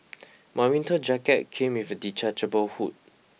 my winter jacket came with a detachable hood